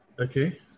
Okay